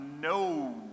no